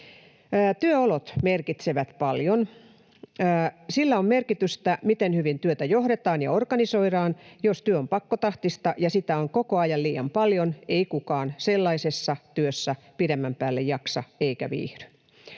Työolot merkitsevät paljon. Sillä on merkitystä, miten hyvin työtä johdetaan ja organisoidaan. Jos työ on pakkotahtista ja sitä on koko ajan liian paljon, ei kukaan sellaisessa työssä pidemmän päälle jaksa eikä viihdy.